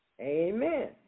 Amen